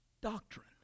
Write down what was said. doctrine